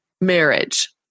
marriage